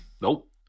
Nope